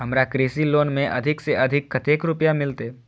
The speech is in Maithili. हमरा कृषि लोन में अधिक से अधिक कतेक रुपया मिलते?